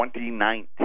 2019